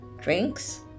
drinks